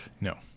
No